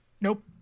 Nope